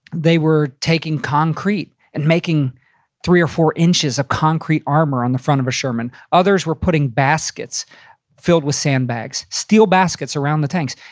they were taking concrete and making three or four inches of concrete armor on the front of a sherman. others were putting baskets filled with sandbags, steel baskets around the tanks.